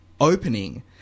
opening